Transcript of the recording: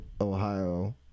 Ohio